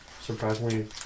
surprisingly